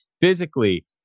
physically